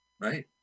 Right